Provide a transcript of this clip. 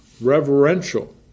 reverential